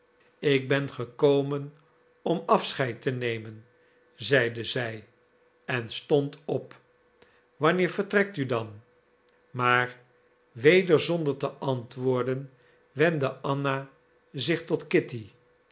ik ben gekomen om afscheid te nemen zeide zij en stond op wanneer vertrekt u dan maar weder zonder te antwoordden wendde anna zich tot kitty